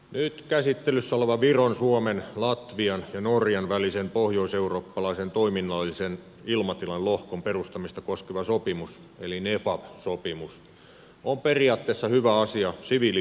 nyt käsittelyssä oleva viron suomen latvian ja norjan välisen pohjoiseurooppalaisen toiminnallisen ilmatilan lohkon perustamista koskeva sopimus eli nefab sopimus on periaatteessa hyvä asia siviili ilmailun kannalta